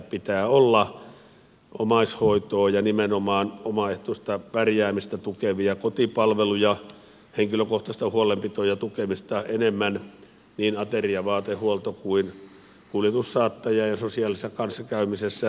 pitää olla omaishoitoa ja nimenomaan omaehtoista pärjäämistä tukevia kotipalveluja henkilökohtaista huolenpitoa ja tukemista enemmän niin ateria vaatehuolto kuin kuljetus saattaja ja sosiaalisen kanssakäymisen palveluissa